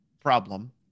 problem